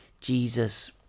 Jesus